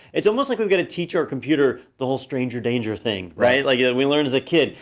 it's almost like we're gonna teach our computer the whole stranger danger thing, right, like yeah we learned as a kid.